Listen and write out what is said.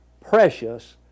precious